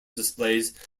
displays